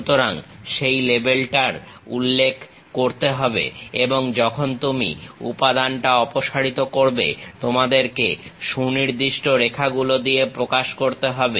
সুতরাং সেই লেবেলটার উল্লেখ করতে হবে এবং যখনই তুমি উপাদানটা অপসারিত করবে তোমাকে সুনির্দিষ্ট রেখাগুলো দিয়ে প্রকাশ করতে হবে